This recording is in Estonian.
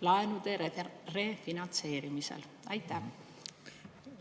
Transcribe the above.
ja planeerimisel.